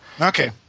Okay